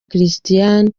christian